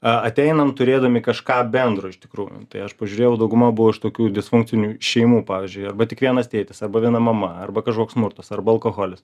ateinam turėdami kažką bendro iš tikrųjų tai aš pažiūrėjau dauguma buvo iš tokių disfunkcinių šeimų pavyzdžiui arba tik vienas tėtis arba viena mama arba kažkoks smurtas arba alkoholis